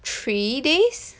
three days